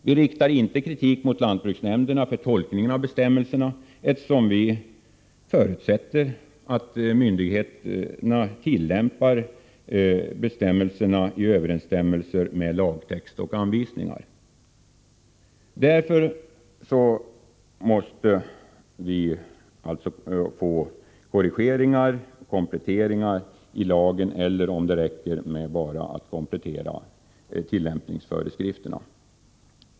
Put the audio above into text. Vi riktar inte kritik mot lantbruksnämnderna för tolkningen, eftersom vi förutsätter att myndigheterna tillämpar bestämmelserna i överensstämmelse med lagtext och anvisningar. Vi måste få korrigeringar och kompletteringar i lagen eller — om det räcker — kompletteringar i tillämpningsföreskrifterna.